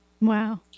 Wow